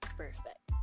perfect